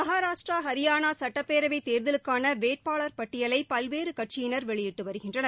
மகாராஷ்டிரா ஹரியானா சட்டப்பேரவை தேர்தலுக்கான வேட்பாளர் பட்டியலை பல்வேறு கட்சியினர் வெளியிட்டு வருகின்றனர்